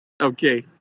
Okay